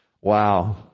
Wow